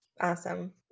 Awesome